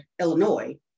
Illinois